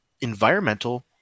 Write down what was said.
Environmental